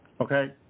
okay